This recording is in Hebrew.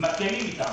מקלים אתם.